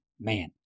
Man